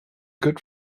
good